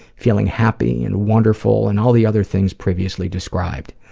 feeling happy and wonderful and all the other things previously described.